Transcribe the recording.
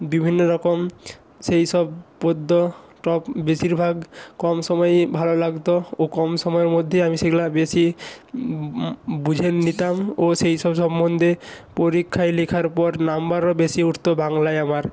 বিভিন্ন রকম সেই সব পদ্য টপ বেশিরভাগ কম সময়েই ভালো লাগত ও কম সময়ের মধ্যেই আমি সেগুলো বেশি বুঝে নিতাম ও সেই সব সম্বন্ধে পরীক্ষায় লেখার পর নাম্বারও বেশি উঠত বাংলায় আমার